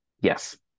yes